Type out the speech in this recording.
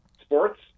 sports